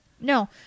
No